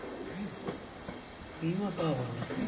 बीमा का होला?